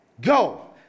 go